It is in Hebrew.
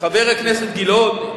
חבר הכנסת גילאון,